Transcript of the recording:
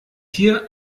hier